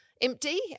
empty